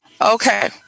Okay